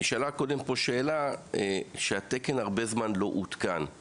קודם נשאלה פה שאלה על כך שהתקן לא עודכן מזה הרבה זמן.